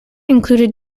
included